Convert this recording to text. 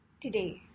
today